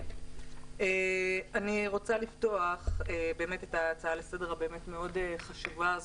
אני רוצה לפתוח את ההצעה לסדר המאוד-חשובה הזו,